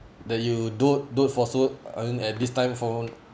that you dote dote for so uh at this time for